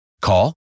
Call